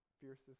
fiercest